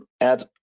add